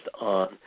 on